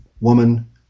woman